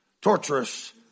torturous